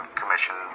Commission